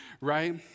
right